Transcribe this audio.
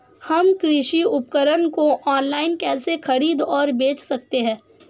हम कृषि उपकरणों को ऑनलाइन कैसे खरीद और बेच सकते हैं?